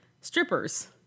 strippers